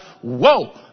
Whoa